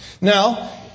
Now